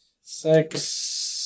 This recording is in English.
six